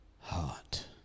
heart